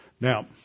Now